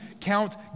count